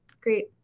Great